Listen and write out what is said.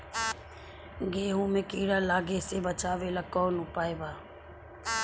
गेहूँ मे कीड़ा लागे से बचावेला कौन उपाय बा?